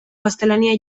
gaztelania